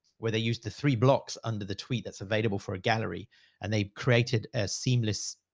where they used the three blocks under the tweet that's available for a gallery and they created a seamless.